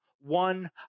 one